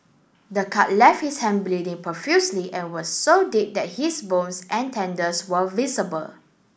the cut left his hand bleeding profusely and was so deep that his bones and tendons were visible